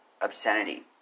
obscenity